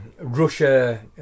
Russia